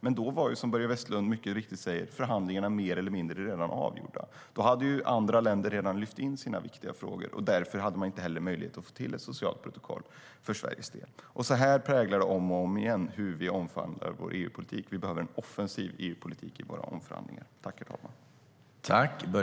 Men då var, som Börje Vestlund mycket riktigt säger, förhandlingarna mer eller mindre redan avgjorda. Då hade andra länder redan lyft in sina viktiga frågor, och därför var det inte möjligt att få till ett socialt protokoll för Sveriges del. Sådant präglar om och om igen hur vi omförhandlar vår EU-politik. Vi behöver en offensiv EU-politik i våra omförhandlingar.